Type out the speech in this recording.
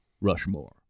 Rushmore